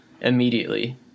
immediately